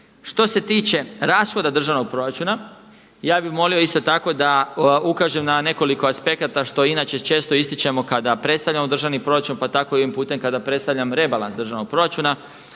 Što se tiče rashoda državnog proračuna ja bi molio isto tako da ukažem na nekoliko aspekata što inače često ističemo kada predstavljamo državni proračun pa tako i ovim putem kada predstavljam rebalans državnog proračuna.